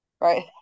right